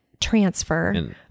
transfer